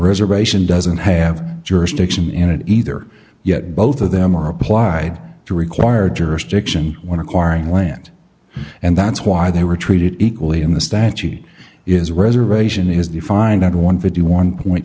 reservation doesn't have jurisdiction in it either yet both of them are applied to require jurisdiction when acquiring land and that's why they were treated equally in the statute is reservation is defined under one fifty one point